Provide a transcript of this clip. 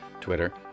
Twitter